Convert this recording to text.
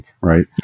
right